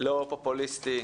לא פופוליסטי,